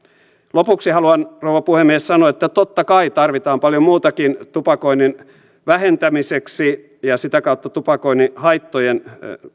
lopuksi haluan rouva puhemies sanoa että totta kai tarvitaan paljon muutakin tupakoinnin vähentämiseksi ja sitä kautta tupakoinnin haittojen